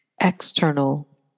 external